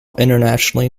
internationally